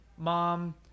Mom